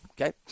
okay